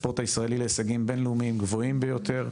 הספורט הישראלי להישגים בינלאומיים גבוהים ביותר,